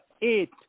eight